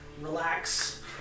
relax